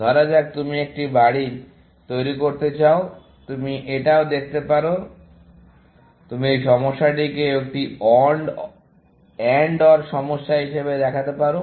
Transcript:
ধরা যাক তুমি একটি বাড়ি তৈরি করতে চাও তুমি এটাও দেখতে পারো তুমি এই সমস্যাটিকেও একটি AND OR সমস্যা হিসাবে দেখতে পারো